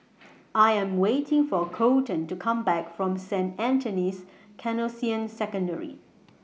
I Am waiting For Coleton to Come Back from Saint Anthony's Canossian Secondary